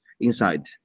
inside